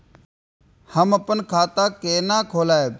हम अपन खाता केना खोलैब?